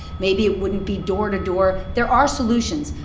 maybe it wouldn't be door-to-door. there are solutions.